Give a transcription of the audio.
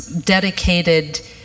dedicated